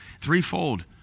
Threefold